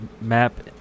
map